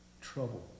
trouble